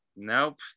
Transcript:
Nope